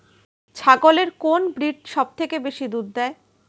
ছাগলের কোন ব্রিড সবথেকে বেশি দুধ দেয়?